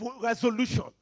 resolution